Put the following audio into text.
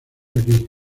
aquí